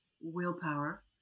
willpower